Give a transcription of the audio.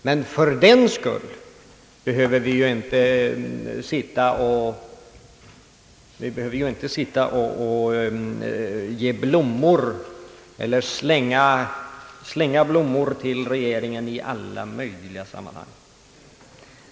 Men fördenskull behöver vi ju inte slänga blommor till regeringen i alla möjliga sammanhang.